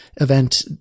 event